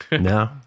No